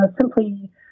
simply